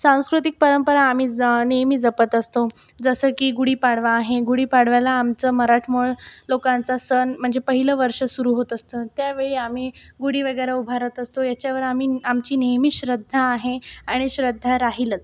सांस्कृतिक परंपरा आम्ही नेहमी जपत असतो जसं की गुढीपाडवा आहे गुढीपाडव्याला आमचं मराठमोळं लोकांचा सण म्हणजे पहिलं वर्ष सुरू होत असतं त्यावेळी आम्ही गुढी वगैरे उभारत असतो याच्यावर आम्ही आमची नेहमीच श्रद्धा आहे आणि श्रद्धा राहीलच